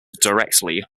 directly